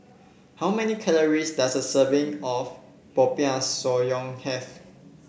how many calories does a serving of Popiah Sayur have